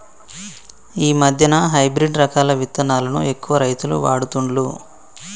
ఈ మధ్యన హైబ్రిడ్ రకాల విత్తనాలను ఎక్కువ రైతులు వాడుతుండ్లు